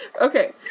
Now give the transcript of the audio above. Okay